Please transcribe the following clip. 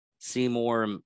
Seymour